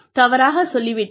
தவறாக சொல்லி விட்டேன்